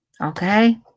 Okay